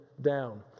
down